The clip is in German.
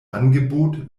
angebot